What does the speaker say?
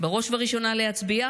בראש ובראשונה להצביע,